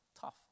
Tough